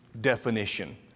definition